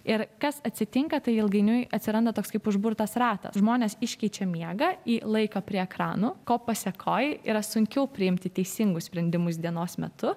ir kas atsitinka tai ilgainiui atsiranda toks kaip užburtas ratas žmonės iškeičia miegą į laiką prie ekrano ko pasėkoj yra sunkiau priimti teisingus sprendimus dienos metu